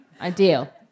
Ideal